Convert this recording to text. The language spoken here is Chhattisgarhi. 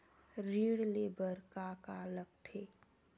ऋण ले बर का का लगथे?